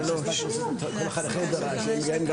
אני מחדש את הישיבה.